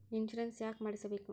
Insurance ಯಾಕ್ ಮಾಡಿಸಬೇಕು?